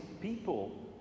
people